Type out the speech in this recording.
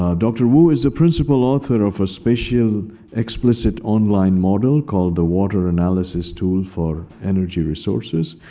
ah dr. wu is a principal author of a special explicit online model called the water analysis tool for energy resources.